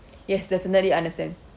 yes definitely understand